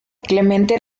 clemente